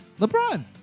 LeBron